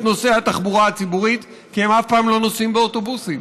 נושא התחבורה הציבורית כי הם אף פעם לא נוסעים באוטובוסים,